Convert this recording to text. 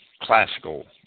classical